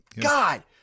God